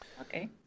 okay